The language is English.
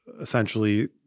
essentially